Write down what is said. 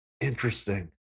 Interesting